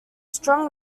strong